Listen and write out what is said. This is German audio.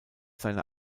seiner